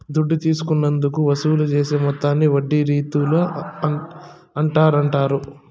దుడ్డు తీసుకున్నందుకు వసూలు చేసే మొత్తాన్ని వడ్డీ రీతుల అంటాండారు